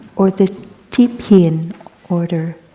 or the tiep hien order,